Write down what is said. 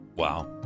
wow